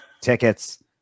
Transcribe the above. tickets